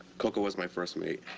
cocoa was my first mate.